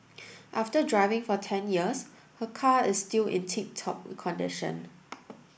after driving for ten years her car is still in tip top condition